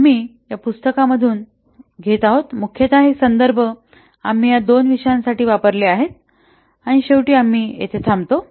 आम्ही या पुस्तकांमधून घेत आहोत मुख्यत हे संदर्भ आम्ही या दोन्ही विषयांसाठी वापरली आहेत आणि शेवटी आम्ही येथे थांबतो